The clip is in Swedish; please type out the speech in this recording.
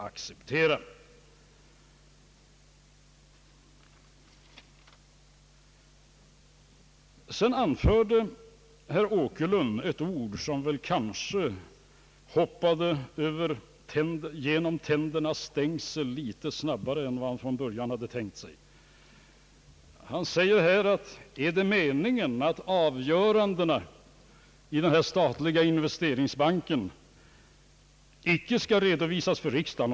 Herr Åkerlund nämnde ett ord, som väl hoppade genom tändernas stängsel litet snabbare än han från början hade tänkt sig. Han sade: är det meningen att avgörandena i den statliga investeringsbanken icke skall redovisas för riksdagen?